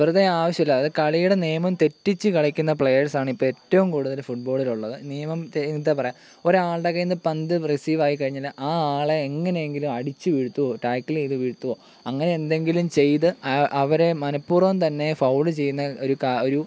വെറുതെ ആവശ്യമില്ലാതെ കളിയുടെ നിയമം തെറ്റിച്ച് കളിക്കുന്ന പ്ലേയേഴ്സ് ആണിപ്പം ഏറ്റവും കൂടുതൽ ഫുട്ബോളിലുള്ളത് നിയമം തി ത എന്താണ് പറയുക ഒരാളുടെ കയ്യിൽനിന്ന് പന്ത് റിസീവ് ആയി കഴിഞ്ഞാൽ ആ ആളെ എങ്ങനെ എങ്കിലും അടിച്ച് വീഴ്ത്തുകയോ ടാക്കിൾ ചെയ്ത് വീഴ്ത്തുകയോ അങ്ങനെ എന്തെങ്കിലും ചെയ്ത് ആ അവരെ മനപ്പൂർവം തന്നെ ഫൗൾ ചെയ്യുന്ന ഒരു കാ ഒരു